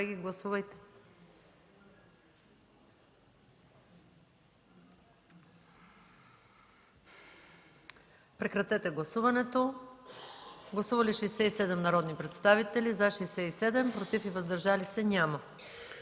режим на гласуване. Гласували 72 народни представители: за 72, против и въздържали се няма.